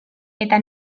eta